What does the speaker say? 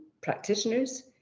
practitioners